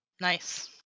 Nice